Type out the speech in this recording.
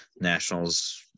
nationals